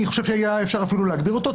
אני חושב שאפשר היה אפילו להגדיל אותו.